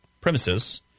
premises